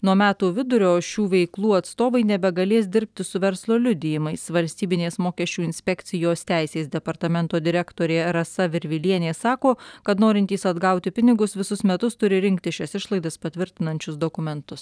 nuo metų vidurio šių veiklų atstovai nebegalės dirbti su verslo liudijimais valstybinės mokesčių inspekcijos teisės departamento direktorė rasa virvilienė sako kad norintys atgauti pinigus visus metus turi rinktis šias išlaidas patvirtinančius dokumentus